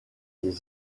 les